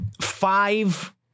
five